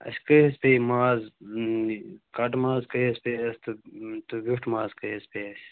اَسہِ کٔہۍ حظ پیٚیہِ ماز یہِ کٔٹہٕ ماز کٔہۍ حظ پیٚیہِ اَسہِ تہٕ ویوٚٹھ ماز کٔہۍ حظ پیٚیہِ اَسہِ